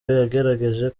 yagaragaje